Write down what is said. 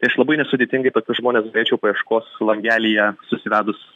tai aš labai nesudėtingai tokius žmones paieškos langelyje susivedus